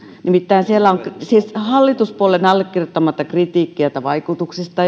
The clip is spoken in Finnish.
nimittäin siellä on siis hallituspuolueiden allekirjoittamaa kritiikkiä että vaikutuksista